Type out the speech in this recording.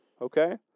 Okay